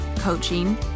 coaching